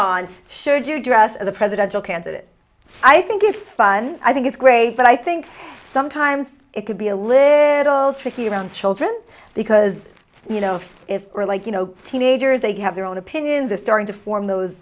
on should you dress as a presidential candidate i think it's fun i think it's great but i think sometimes it could be a little tricky around children because you know if you're like you know teenagers they have their own opinions are starting to form those